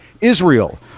Israel